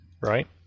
right